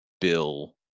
Bill